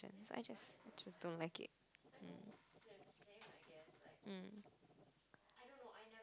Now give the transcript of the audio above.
I just which is don't like it mm